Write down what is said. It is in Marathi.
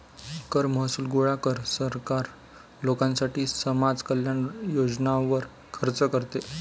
कर महसूल गोळा कर, सरकार लोकांसाठी समाज कल्याण योजनांवर खर्च करते